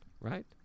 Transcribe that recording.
Right